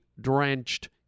drenched